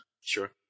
Sure